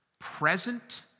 present